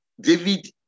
David